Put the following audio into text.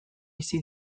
bizi